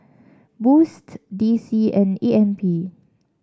Boost D C and A M P